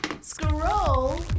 Scroll